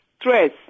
stress